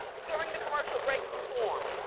during the commercial break, swarm.